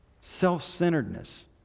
self-centeredness